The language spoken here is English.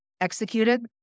executed